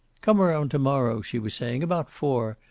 come around to-morrow, she was saying. about four.